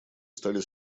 стали